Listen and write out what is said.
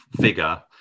figure